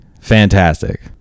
Fantastic